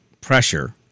pressure